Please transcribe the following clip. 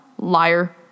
Liar